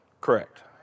Correct